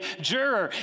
juror